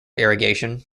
irrigation